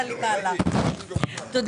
הישיבה ננעלה בשעה 16:01.